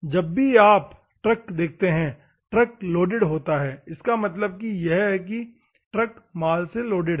जब भी आप ट्रक देखते हैं ट्रक लोडेड होता है इसका मतलब यह है की ट्रक माल से लोडेड है